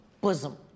bosom